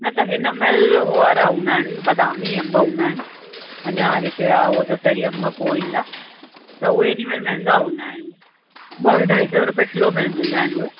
न त हिन महिल हो वारा हूंदा आहिनि बदामी अंब हूंदा आहिनि अञा जेके आहे हो दसहरी अंब पोइ ईंदा त उहे हिन महिल महांगा हूंदा आहिनि ॿ अढाई सौ रुपए किलो में मिलंदा आहिनि उहे